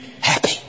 happy